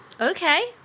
Okay